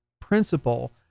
principle